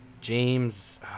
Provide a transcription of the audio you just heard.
James